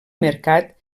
mercat